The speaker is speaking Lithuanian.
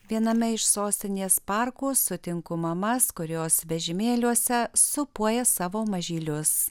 viename iš sostinės parkų sutinku mamas kurios vežimėliuose sūpuoja savo mažylius